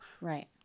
Right